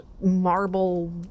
marble